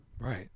Right